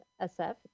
SF